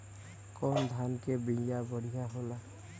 कौन धान के बिया बढ़ियां होला?